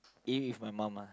eat with my mom ah